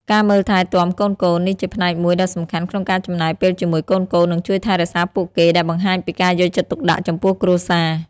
ការមើលថែទាំកូនៗ នេះជាផ្នែកមួយដ៏សំខាន់ក្នុងការចំណាយពេលជាមួយកូនៗ និងជួយថែរក្សាពួកគេ ដែលបង្ហាញពីការយកចិត្តទុកដាក់ចំពោះគ្រួសារ។